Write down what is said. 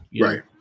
Right